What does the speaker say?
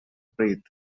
breath